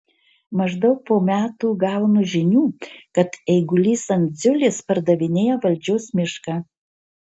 maždaug po metų gaunu žinių kad eigulys andziulis pardavinėja valdžios mišką